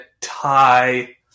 tie